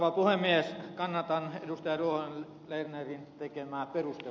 alkuvaiheessa kannattaa veroa ei näy kannatan ed